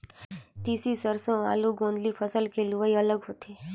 तिसी, सेरसों, आलू, गोदंली फसल के लुवई अलग होथे